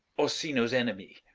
orsino's enemy.